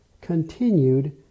continued